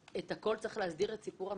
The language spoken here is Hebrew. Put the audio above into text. צריך להסדיר את סיפור המכינות.